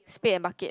spade and bucket